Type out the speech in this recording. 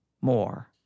more